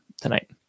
tonight